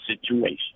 situation